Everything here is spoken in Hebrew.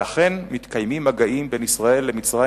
ואכן מתקיימים מגעים בין ישראל למצרים